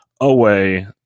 away